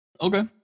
okay